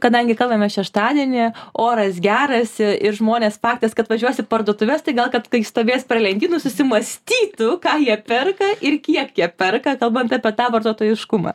kadangi kalbamės šeštadienį oras geras ir žmonės faktas kad važiuos į parduotuves tai gal kad kai stovės prie lentynų susimąstytų ką jie perka ir kiek jie perka kalbant apie tą vartotojiškumą